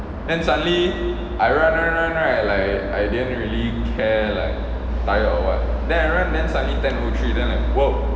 then suddenly I run run run right like I didn't really care like tired or what then I run then suddenly ten O three then I like !wow!